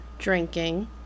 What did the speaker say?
drinking